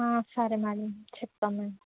సరే మేడమ్ చెప్తాను మేము